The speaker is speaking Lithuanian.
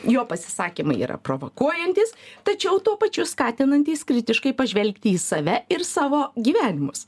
jo pasisakymai yra provokuojantys tačiau tuo pačiu skatinantys kritiškai pažvelgti į save ir savo gyvenimus